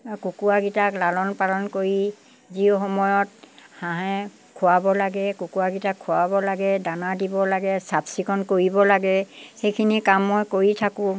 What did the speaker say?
কুকুৰাকেইটাক লালন পালন কৰি যি সময়ত হাঁহক খোৱাব লাগে কুকুৰাকেইটাক খোৱাব লাগে দানা দিব লাগে চাফ চিকুণ কৰিব লাগে সেইখিনি কাম মই কৰি থাকোঁ